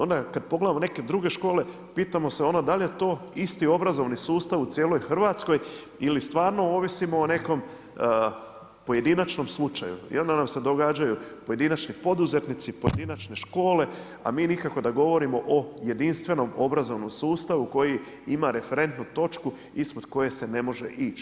Onda kad pogledamo neke druge škole pitamo se onda da li je to isti obrazovni sustav u cijeloj Hrvatskoj ili stvarno ovisimo o nekom pojedinačnom slučaju, i onda nam se događaju pojedinačni poduzetnici, pojedinačne škole a mi nikako da govorimo o jedinstvenom obrazovnom sustavu koji ima referentnu točku ispod koje se ne može ići.